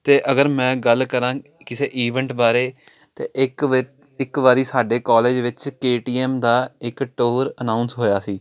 ਅਤੇ ਅਗਰ ਮੈਂ ਗੱਲ ਕਰਾਂ ਕਿਸੇ ਈਵੈਂਟ ਬਾਰੇ ਤਾਂ ਇੱਕ ਵਾ ਇੱਕ ਵਾਰੀ ਸਾਡੇ ਕਾਲਜ ਵਿੱਚ ਕੇਟੀਐਮ ਦਾ ਇੱਕ ਟੋਰ ਅਨਾਊਂਸ ਹੋਇਆ ਸੀ